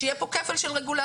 שיהיה פה כפל של רגולציה.